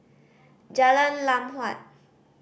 Jalan Lam Huat